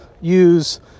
use